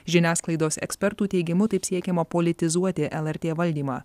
žiniasklaidos ekspertų teigimu taip siekiama politizuoti lrt valdymą